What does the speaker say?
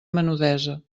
menudesa